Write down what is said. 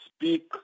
speak